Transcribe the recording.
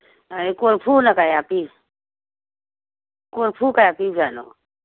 ꯀꯣꯔꯐꯨꯅ ꯀꯌꯥ ꯄꯤ ꯀꯣꯔꯐꯨꯅ ꯀꯌꯥ ꯄꯤꯕ ꯖꯥꯠꯅꯣ